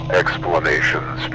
explanations